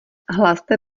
hlaste